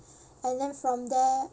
and then from there